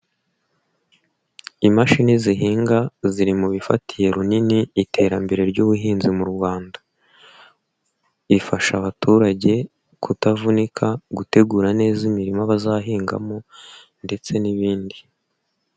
Imashini zihinga ziri mu bifatiye runini iterambere ry'ubuhinzi mu Rwanda. Ifasha abaturage kutavunika gutegura neza imirima bazahingamo, ndetse n'ibindi.